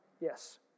Yes